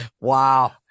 wow